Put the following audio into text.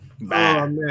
Bye